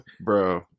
Bro